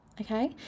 okay